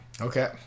okay